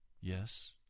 Yes